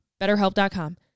betterhelp.com